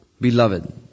beloved